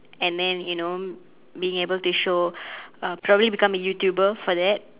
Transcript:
and then you know being able to show uh probably become a youtuber for that